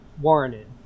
warranted